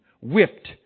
whipped